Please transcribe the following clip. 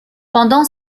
pendant